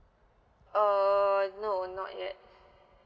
err no not yet